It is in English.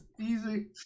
easy